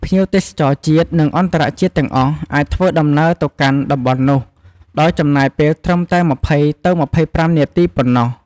ភ្ញៀវទេសចរជាតិ និងអន្តរជាតិទាំងអស់អាចធ្វើដំណើរទៅកាន់តំបន់នោះ ដោយចំណាយពេលត្រឹមតែ២០ ទៅ២៥នាទីប៉ុណ្ណោះ។